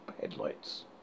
headlights